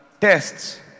tests